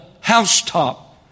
housetop